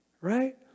Right